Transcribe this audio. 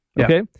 Okay